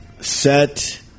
set